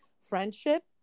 friendship